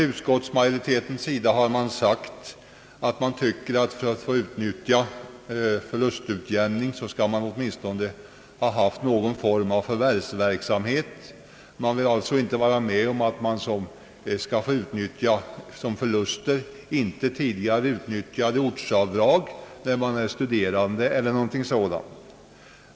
Utskottsmajoriteten anser att man för att få utnyttja förlustutjämning åtminstone bör ha haft någon form av förvärvsverksamhet. Vi vill alltså inte vara med om att man skall få utnyttja som förlust inte tidigare utnyttjade ortsavdrag när man är studerande eller något liknande.